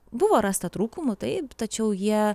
buvo rasta trūkumų taip tačiau jie